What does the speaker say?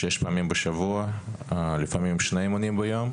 שש פעמים בשבוע, לפעמים שני אימונים ביום.